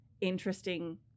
interesting